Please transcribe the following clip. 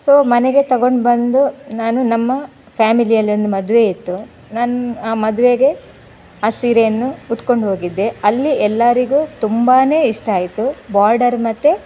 so ಮನೆಗೆ ತಗೊಂಡು ಬಂದು ನಾನು ನಮ್ಮ ಫ್ಯಾಮಿಲಿಯಲ್ಲೊಂದು ಮದುವೆ ಇತ್ತು ನಾನು ಆ ಮದುವೆಗೆ ಆ ಸೀರೆಯನ್ನು ಉಟ್ಕೊಂಡು ಹೋಗಿದ್ದೆ ಅಲ್ಲಿ ಎಲ್ಲಾರಿಗೂ ತುಂಬಾ ಇಷ್ಟ ಆಯಿತು ಬಾರ್ಡರ್ ಮತ್ತು